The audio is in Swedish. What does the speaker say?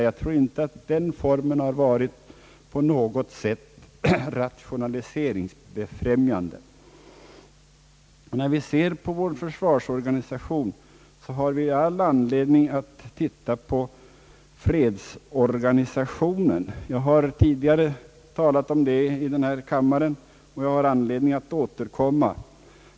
Jag tror inte att den formen på något sätt varit rationaliseringsbefrämjande. När vi ser på vår försvarsorganisation har vi all anledning att titta på fredsorganisationen. Jag har tidigare talat om det i denna kammare, och jag har anledning att återkomma.